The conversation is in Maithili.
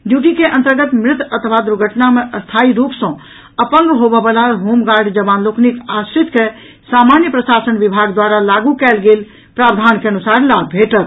ड्यूटी के अंतर्गत मृत अथवा दुर्घटना मे स्थायी रूप सॅ अपंग होबयवला होमगार्ड जवान लोकनिक आश्रित के सामान्य प्रशासन विभाग द्वारा लागू कयल गेल प्रावधान के अनुसार लाभ भेटत